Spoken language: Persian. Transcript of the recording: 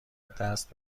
دست